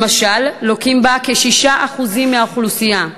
למשל, לוקים בה כ-6% מהאוכלוסייה.